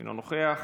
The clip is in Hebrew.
אינו נוכח,